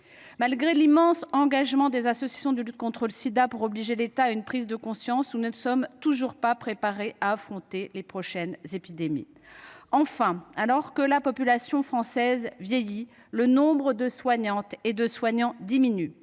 Malgré l’immense engagement des associations de lutte contre le sida pour obliger l’État à une prise de conscience, nous ne sommes toujours pas préparés à affronter les prochaines épidémies. Enfin, alors que la population française vieillit, le nombre de soignantes et de soignants diminue,